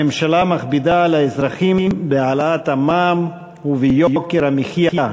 הממשלה מכבידה על האזרחים בהעלאת המע"מ וביוקר המחיה,